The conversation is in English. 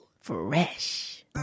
fresh